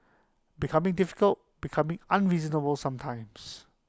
becoming difficult becoming unreasonable sometimes